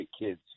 kids